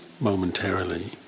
momentarily